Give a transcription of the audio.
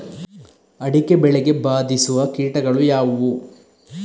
ಅಡಿಕೆ ಬೆಳೆಗೆ ಬಾಧಿಸುವ ಕೀಟಗಳು ಯಾವುವು?